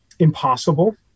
Impossible